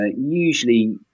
usually